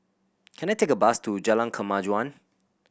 can I take a bus to Jalan Kemajuan